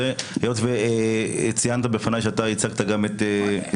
היות וציינת בפני שאתה ייצגת גם את.